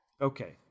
Okay